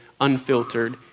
unfiltered